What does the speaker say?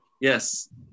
Yes